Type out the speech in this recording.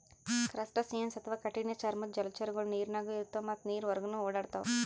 crustaceans ಅಥವಾ ಕಠಿಣ್ ಚರ್ಮದ್ದ್ ಜಲಚರಗೊಳು ನೀರಿನಾಗ್ನು ಇರ್ತವ್ ಮತ್ತ್ ನೀರ್ ಹೊರಗನ್ನು ಓಡಾಡ್ತವಾ